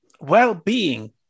well-being